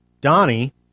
Donnie